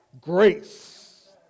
grace